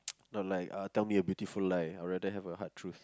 not like uh tell me a beautiful lie I'd rather have a hard truth